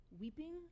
weeping